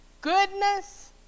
goodness